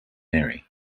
mary